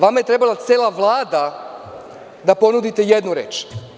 Vama je trebala cela Vlada da ponudite jednu reč.